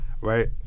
Right